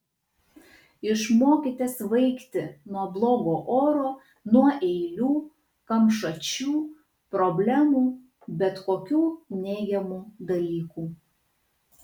išmokite svaigti nuo blogo oro nuo eilių kamšačių problemų bet kokių neigiamų dalykų